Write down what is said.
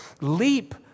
leap